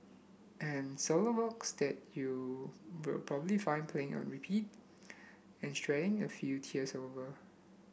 and solo works that you will probably find playing on repeat and shedding a few tears over